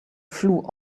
flew